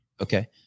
Okay